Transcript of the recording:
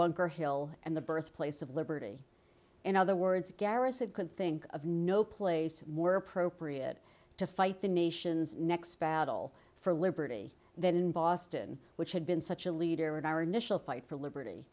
bunker hill and the birthplace of liberty in other words garrison could think of no place more appropriate to fight the nation's next battle for liberty than in boston which had been such a leader in our initial fight for liberty